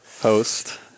Host